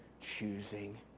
choosing